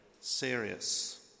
Serious